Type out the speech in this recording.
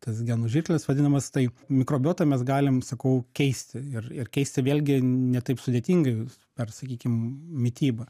tas genų žirkles vadinamas tai mikrobiotą mes galim sakau keisti ir ir keisti vėlgi ne taip sudėtingai ar sakykim mityba